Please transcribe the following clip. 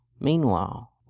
Meanwhile